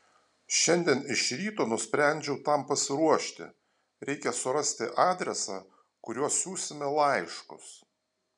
šiandien iš ryto nusprendžiau tam pasiruošti reikia surasti adresą kuriuo siųsime laiškus